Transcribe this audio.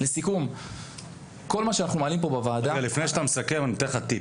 לפני שאתה מסכם אני אתן לך טיפ.